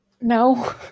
No